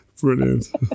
Brilliant